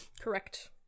correct